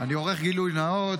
אני עורך גילוי נאות.